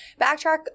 backtrack